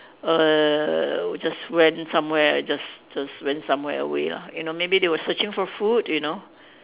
err just went somewhere and just just went somewhere away lah you know maybe they were searching for food you know